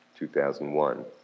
2001